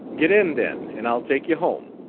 get in, then, and i'll take you home.